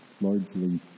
largely